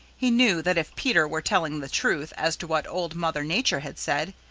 he knew that if peter were telling the truth as to what old mother nature had said,